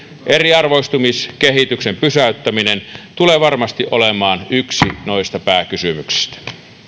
eriarvoistumiskehityksen pysäyttäminen tulee varmasti olemaan yksi noista pääkysymyksistä